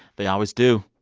they always do.